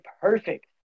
perfect